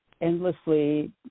endlessly